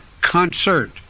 concert